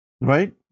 right